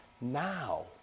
now